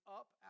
up